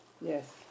Yes